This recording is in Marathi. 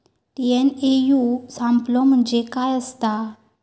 टी.एन.ए.यू सापलो म्हणजे काय असतां?